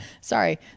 Sorry